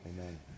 amen